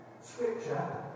Scripture